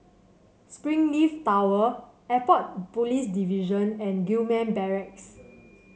Springleaf Tower Airport Police Division and Gillman Barracks